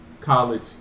college